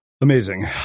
Amazing